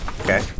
Okay